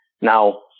Now